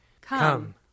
Come